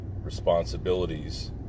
Responsibilities